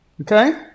Okay